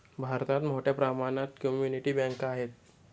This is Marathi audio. भारतात मोठ्या प्रमाणात कम्युनिटी बँका आहेत